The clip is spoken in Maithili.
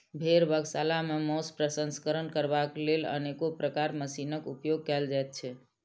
भेंड़ बधशाला मे मौंस प्रसंस्करण करबाक लेल अनेको प्रकारक मशीनक उपयोग कयल जाइत छै